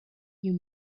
you